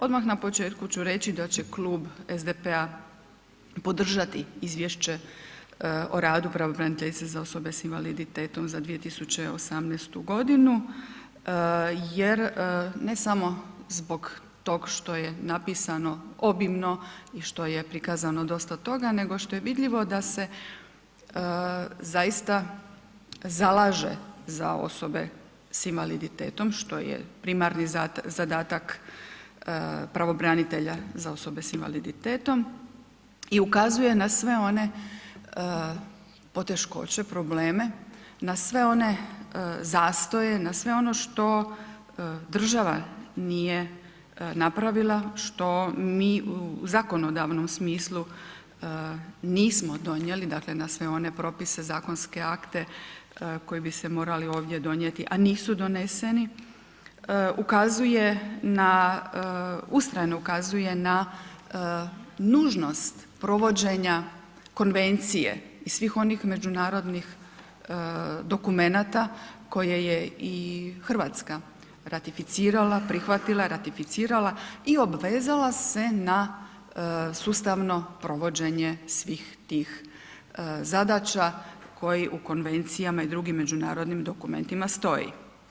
Odmah na početku ću reći da će Klub SDP-a podržati izvješće o radu pravobraniteljice za osobe s invaliditetom za 2018. godinu jer ne samo zbog tog što je napisano obimno i što je prikazano dosta toga, nego što je vidljivo da se zaista zalaže za osobe s invaliditetom što je primarni zadatak pravobranitelja za osobe s invaliditetom i ukazuje na sve one poteškoće, probleme, na sve one zastoje, na sve ono što država nije napravila što mi u zakonodavnom smislu nismo donijeli, dakle na sve one propise, zakonske akte koji bi se morali ovdje donijeti, a nisu doneseni, ukazuje na ustrajno ukazuje na nužnost provođenja konvencije i svih osnih međunarodnih dokumenata koje je i Hrvatska ratificirala, prihvatila, ratificirala i obvezala se na sustavno provođenje svih tih zadaća, koji u konvencijama i drugim međunarodnim dokumentima stoji.